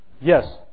Yes